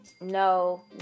no